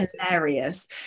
hilarious